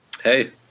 hey